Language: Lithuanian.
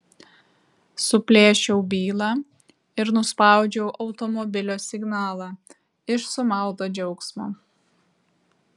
suplėšiau bylą ir nuspaudžiau automobilio signalą iš sumauto džiaugsmo